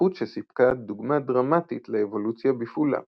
התפתחות שסיפקה דוגמה דרמטית לאבולוציה בפעולה.